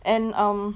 and um